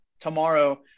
tomorrow